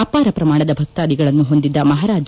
ಅಪಾರ ಪ್ರಮಾಣದ ಭಕ್ತಾಧಿಗಳನ್ನು ಹೊಂದಿದ್ದ ಮಪಾರಾಜ್